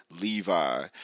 Levi